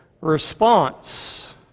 response